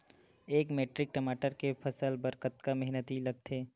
एक मैट्रिक टमाटर के फसल बर कतका मेहनती लगथे?